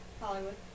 Hollywood